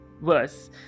worse